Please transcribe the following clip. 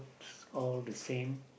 all the same